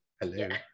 hello